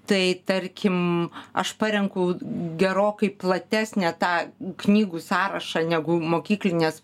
tai tarkim aš parenku gerokai platesnę tą knygų sąrašą negu mokyklinės